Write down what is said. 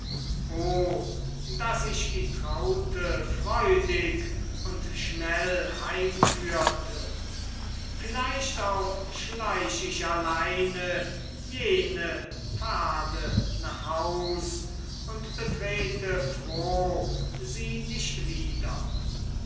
oh daß ich die traute freudig und schnell heimführte vielleicht auch schleich ich alleine jene pfade nach haus und betrete froh sie nicht wieder